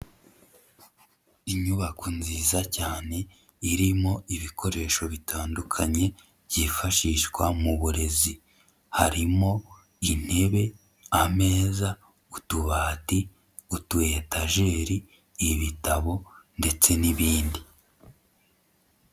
Inyubako nziza cyane irimo ibikoresho bitandukanye, byifashishwa mu burezi, harimo intebe, ameza, utubati, utu etajeri, ibitabo ndetse n'ibindi.